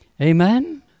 Amen